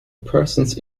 persons